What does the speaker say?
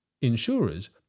Insurers